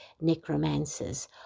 necromancers